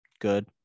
good